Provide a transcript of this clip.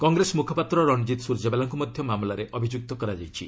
କଂଗ୍ରେସ ମ୍ରଖପାତ୍ର ରଣଜିତ୍ ସ୍ୱର୍ଜେବାଲାଙ୍କ ମଧ୍ୟ ମାମଲାରେ ଅଭିଯ୍ରକ୍ତ କରାଯାଇଛି